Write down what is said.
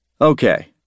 Okay